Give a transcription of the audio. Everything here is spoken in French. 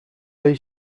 l’œil